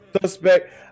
suspect